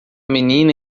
menina